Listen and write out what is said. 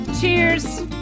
cheers